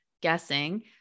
guessing